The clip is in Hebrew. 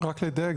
רק לדייק,